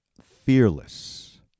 fearless